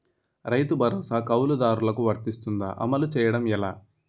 రైతు భరోసా కవులుదారులకు వర్తిస్తుందా? అమలు చేయడం ఎలా